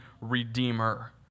redeemer